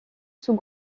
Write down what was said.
sous